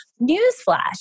Newsflash